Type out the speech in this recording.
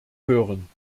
hören